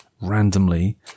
randomly